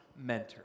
mentor